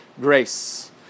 grace